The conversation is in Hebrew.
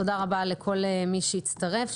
תודה רבה לכל מי שהצטרף,